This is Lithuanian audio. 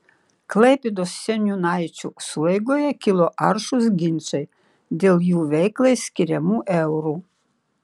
klaipėdos seniūnaičių sueigoje kilo aršūs ginčai dėl jų veiklai skiriamų eurų